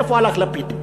איפה הלך לפיד?